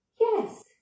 Yes